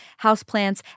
houseplants